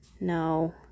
No